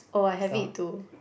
oh I have it too